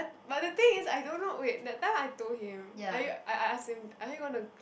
but the thing is I don't know wait that time I told him are you I I ask him are you gonna